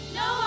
no